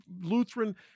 Lutheran